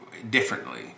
Differently